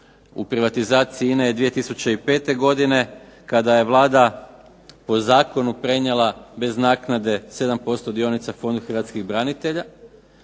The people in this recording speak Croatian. u privatizaciji INA-e je 2005. godine kada je Vlada po zakonu prenijela bez naknade 7% dionica Fondu hrvatskih branitelja,